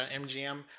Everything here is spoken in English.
MGM